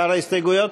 שאר ההסתייגויות?